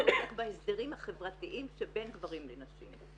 הוא עוסק בהסדרים החברתיים שבין גברים לנשים.